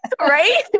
Right